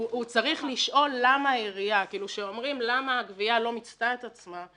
צריך לשאול למה העירייה כששואלים למה הגבייה לא מיצתה את עצמה,